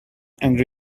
and